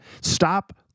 Stop